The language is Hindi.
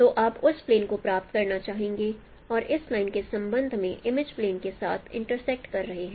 तो आप उस प्लेन को प्राप्त करना चाहेंगे और इस लाइन के संबंध में इमेज प्लेन के साथ इंटर्सेक्ट कर रहे हैं